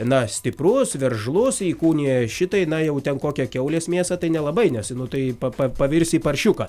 na stiprus veržlus įkūnija šitai na jau ten kokią kiaulės mėsą tai nelabai nes nu tai pa pa pavirsi į paršiuką